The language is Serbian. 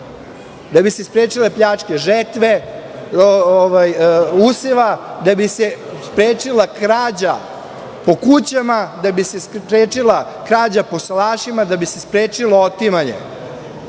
da bi se sprečile pljačke žetve, useva, da bi se sprečila krađa po kućama, da bi se sprečila krađa po salašima, da bi sprečilo otimanje. Koliko